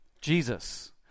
jesus